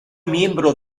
miembro